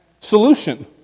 solution